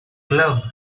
club